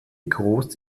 groß